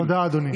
תודה, אדוני.